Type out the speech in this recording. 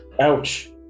Ouch